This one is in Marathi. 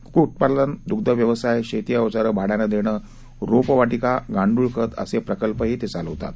क्क्क्टपालन दुग्धव्यवसाय शेती अवजारं भाड्यानं देणं रोपवाटिका गांड्रळ खत असे प्रकल्पही ते चालवितात